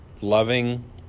loving